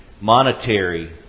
monetary